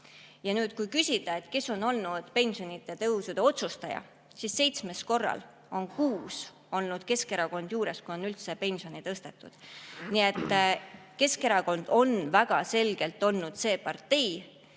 korral. Kui küsida, kes on olnud pensionitõusude otsustaja, siis seitsmest korrast kuuel on olnud Keskerakond juures, kui on pensione tõstetud. Nii et Keskerakond on väga selgelt olnud see partei,